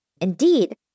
Indeed